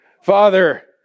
Father